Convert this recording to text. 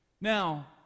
Now